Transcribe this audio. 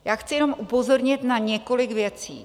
Já chci jenom upozornit na několik věcí.